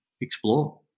explore